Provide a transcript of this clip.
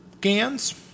Gans